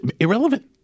Irrelevant